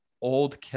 Old